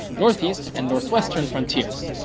northeast, and northwestern frontiers.